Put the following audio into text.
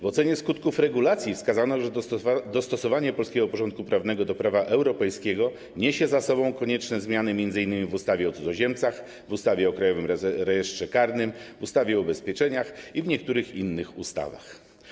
W ocenie skutków regulacji wskazano, że dostosowanie polskiego porządku prawnego do prawa europejskiego niesie za sobą konieczne zmiany m.in. w ustawie o cudzoziemcach, ustawie o Krajowym Rejestrze Karnym, ustawie o ubezpieczeniach i niektórych innych ustawach.